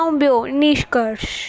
ऐं ॿियो निष्कर्श